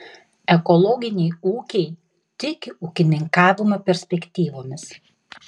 ekologiniai ūkiai tiki ūkininkavimo perspektyvomis